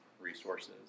resources